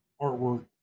artwork